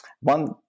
One